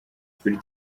kuri